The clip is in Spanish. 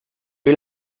que